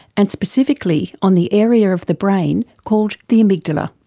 and specifically on the area of the brain called the amygdala.